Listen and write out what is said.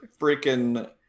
freaking